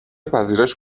پذیرش